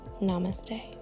Namaste